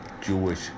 Jewish